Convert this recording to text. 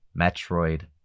Metroid